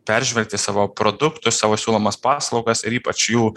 peržvelgti savo produktus savo siūlomas paslaugas ir ypač jų